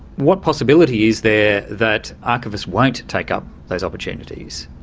what possibility is there that archivists won't take up those opportunities?